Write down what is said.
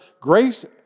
Grace